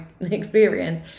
experience